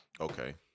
Okay